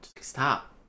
Stop